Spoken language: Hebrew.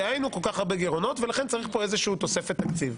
דהיינו כל כך הרבה גירעונות ולכן צריך כאן איזושהי תוספת תקציב.